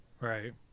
Right